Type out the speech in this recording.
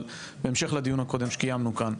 אבל, בהמשך לדיון הקודם שקיימנו כאן,